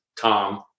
Tom